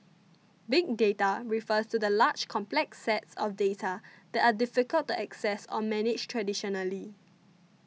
big data refers to large complex sets of data that are difficult to access or manage traditionally